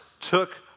took